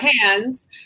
hands